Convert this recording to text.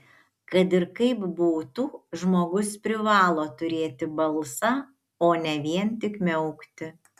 kad ir kaip būtų žmogus privalo turėti balsą o ne vien tik miaukti